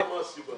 כן, סתיו.